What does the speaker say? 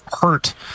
Hurt